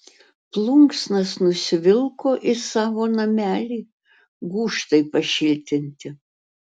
plunksnas nusivilko į savo namelį gūžtai pašiltinti